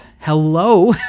hello